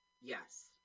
Yes